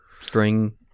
string